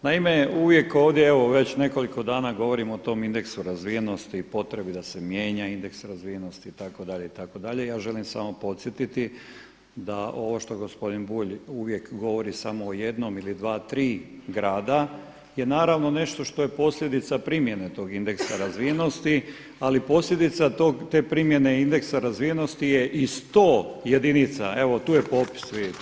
Naime, uvijek ovdje već nekoliko dana govorimo o tom indeksu razvijenosti i potrebi da se mijenja indeks razvijenosti itd., itd., ja želim samo podsjetiti da ovo što gospodin Bulj uvijek govori samo o jednom ili dva, tri grada je naravno nešto što je posljedica primjene tog indeksa razvijenosti, ali posljedica te primjene indeksa razvijenosti je i 100 jedinica, evo tu je popis evo vidite.